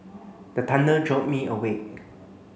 the thunder jolt me awake